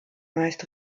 meist